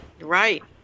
right